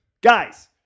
guys